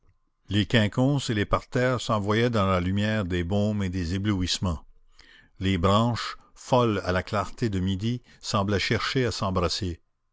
les quinconces et les parterres s'envoyaient dans la lumière des baumes et des éblouissements les branches folles à la clarté de midi semblaient chercher à s'embrasser